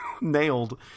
nailed